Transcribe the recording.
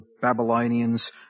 Babylonians